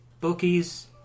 bookies